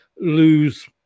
lose